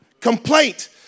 Complaint